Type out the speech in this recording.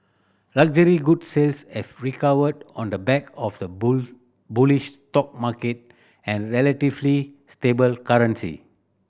luxury goods sales have recovered on the back of the bullish stock market and relatively stable currency